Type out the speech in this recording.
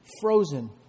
frozen